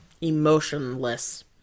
emotionless